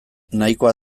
nahikoa